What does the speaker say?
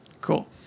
Cool